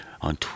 on